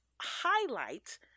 highlight